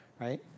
right